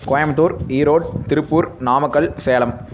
Coimbatore Erode Tiruppur Namakkal Salem